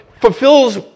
Fulfills